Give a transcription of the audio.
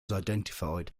identified